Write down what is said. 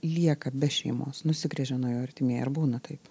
lieka be šeimos nusigręžia nuo jo artimieji ar būna taip